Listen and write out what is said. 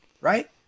Right